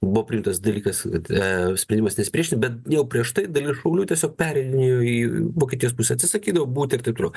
buvo priimtas dalykas kad sprendimas nesipriešinti bet jau prieš tai dalis šaulių tiesiog pereidinėjo į vokietijos pusę atsisakydavo būti ir taip toliau